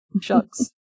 shucks